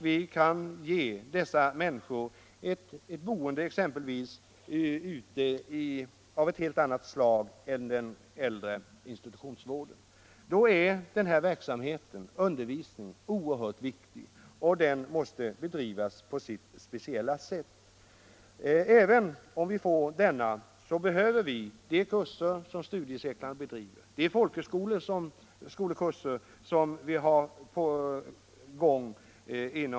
Vi kan ge dessa människor möjlighet att bo på ett helt annat sätt än vad som kan åstadkommas inom den äldre institutionsvården. För att nå dit är den här undervisningen oerhört viktig. Undervisningen måste bedrivas på sitt speciella sätt. Även om vi får denna undervisning behöver vi de kurser som studieförbunden och folkhögskolorna bedriver.